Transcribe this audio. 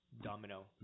Domino